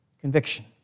Conviction